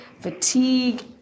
fatigue